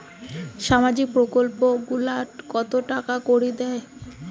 সামাজিক প্রকল্প গুলাট কত টাকা করি দেয়?